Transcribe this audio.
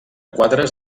quadres